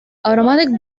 automatic